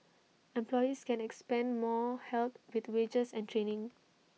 employees can expect more help with wages and training